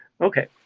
okay